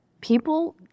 people